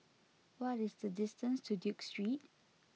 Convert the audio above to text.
what is the distance to Duke Street